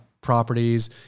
properties